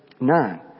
nine